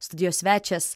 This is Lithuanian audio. studijos svečias